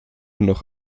noch